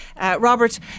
Robert